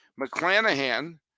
McClanahan